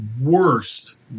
worst